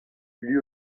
lui